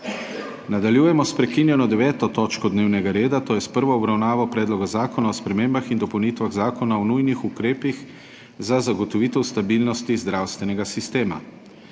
Nadaljujemo s prekinjeno 9. točko dnevnega reda, to je s prvo obravnavo Predloga zakona o spremembah in dopolnitvah Zakona o nujnih ukrepih za zagotovitev stabilnosti zdravstvenega sistema.